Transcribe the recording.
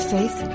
Faith